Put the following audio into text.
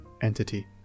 entity